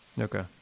Okay